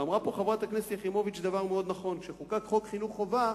אמרה פה חברת הכנסת יחימוביץ דבר מאוד נכון: כשחוקק חוק חינוך חובה